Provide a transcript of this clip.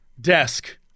desk